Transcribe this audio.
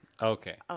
Okay